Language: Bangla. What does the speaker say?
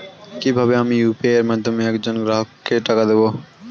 কিভাবে আমি ইউ.পি.আই এর মাধ্যমে এক জন গ্রাহককে টাকা দেবো?